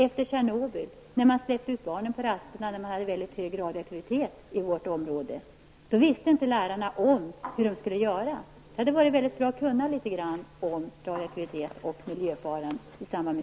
Efter Tjernobylolyckan släppte skolorna ut barnen på rasterna trots att det var hög radioaktivitet i luften i områdena runt omkring. Lärarna visste inte vad de skulle göra. Det hade varit väldigt bra att kunna litet grand om radioaktivitet och miljöfaran i samband med